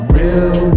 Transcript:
real